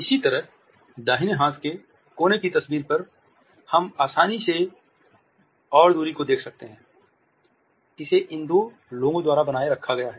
इसी तरह दाहिने हाथ के कोने की तस्वीर पर हम आसानी और दूरी को देख सकते हैं जिसे इन दो लोगों द्वारा बनाए रखा गया है